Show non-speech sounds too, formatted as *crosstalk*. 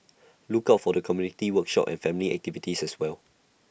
*noise* look out for community workshops and family activities as well